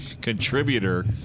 contributor